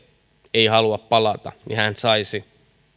ei halua palata saisi